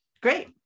Great